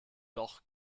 doch